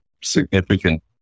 significant